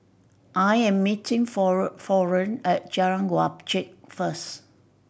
I am meeting Florene at Jalan Wajek first